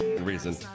reason